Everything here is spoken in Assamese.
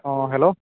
অঁ হেল্ল'